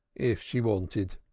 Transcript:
if she wanted.